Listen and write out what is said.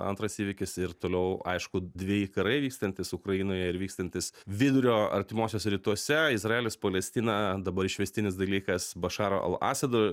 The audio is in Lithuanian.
antras įvykis ir toliau aišku dveji karai vykstantis ukrainoje ir vykstantis vidurio artimuosiuose rytuose izraelis palestina dabar išvestinis dalykas bašaro al asado